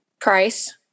Price